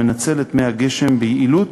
המנצל את מי הגשם ביעילות